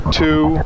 two